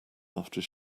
after